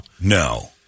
No